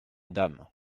dame